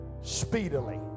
speedily